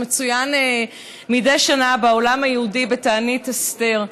שמצוין מדי שנה בעולם היהודי בתענית אסתר.